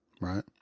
right